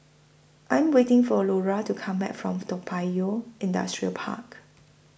I Am waiting For Lura to Come Back from Toa Payoh Industrial Park